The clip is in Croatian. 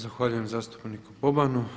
Zahvaljujem zastupniku Bobanu.